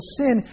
sin